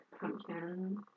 pumpkin